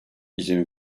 izin